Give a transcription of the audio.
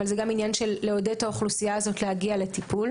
אבל זה גם עניין של לעודד את האוכלוסיה הזאת להגיע לטיפול.